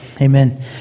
Amen